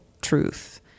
truth